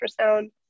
ultrasound